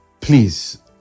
please